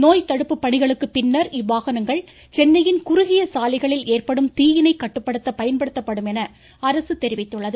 நோய் தடுப்பு பணிகளுக்கு பின்ன் இவ்வாகனங்கள் சென்னையின் குறுகிய சாலைகளில் ஏற்படும் தீயினை கட்டுப்படுத்த பயன்படுத்தப்படும் என அரசு தெரிவித்துள்ளது